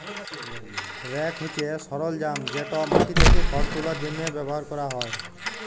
rake হছে সরলজাম যেট মাটি থ্যাকে খড় তুলার জ্যনহে ব্যাভার ক্যরা হ্যয়